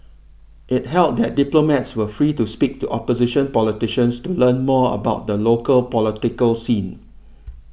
it held that diplomats were free to speak to opposition politicians to learn more about the local political scene